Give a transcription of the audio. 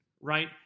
right